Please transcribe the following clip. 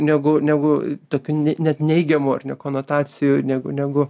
negu negu tokių net neigiamų ar ne konotacijų negu negu